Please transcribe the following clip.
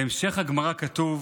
בהמשך הגמרא כתוב: